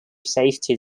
safety